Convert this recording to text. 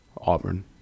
Auburn